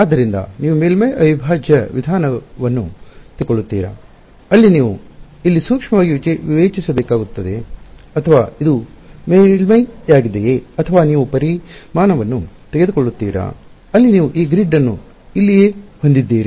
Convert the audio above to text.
ಆದ್ದರಿಂದ ನೀವು ಮೇಲ್ಮೈ ಅವಿಭಾಜ್ಯ ವಿಧಾನವನ್ನು ತೆಗೆದುಕೊಳ್ಳುತ್ತೀರಾ ಅಲ್ಲಿ ನೀವು ಇಲ್ಲಿ ಸೂಕ್ಷ್ಮವಾಗಿ ವಿವೇಚಿಸಬೇಕಾಗುತ್ತದೆಯೆ ಅಥವಾ ಇದು ಮೇಲ್ಮೈಯಾಗಿದೆಯೆ ಅಥವಾ ನೀವು ಪರಿಮಾಣವನ್ನು ತೆಗೆದುಕೊಳ್ಳುತ್ತೀರಾ ಅಲ್ಲಿ ನೀವು ಈ ಗ್ರಿಡ್ ಅನ್ನು ಇಲ್ಲಿಯೇ ಹೊಂದಿದ್ದೀರಿ